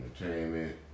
entertainment